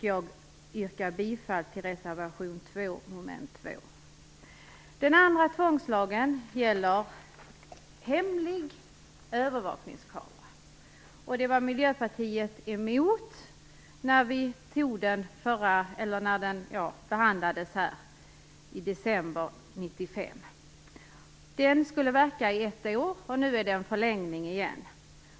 Jag yrkar bifall till reservation 2 mom. 2. Den andra tvångslagen gäller hemlig övervakningskamera. Det var Miljöpartiet emot när denna lag behandlades här i december 1995. Den skulle verka i ett år, och nu är det fråga om en förlängning igen.